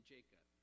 Jacob